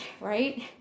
right